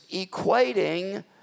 equating